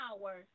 power